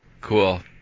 Cool